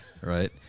right